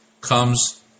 comes